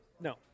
no